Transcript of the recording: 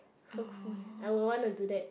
so cool eh I would want to do that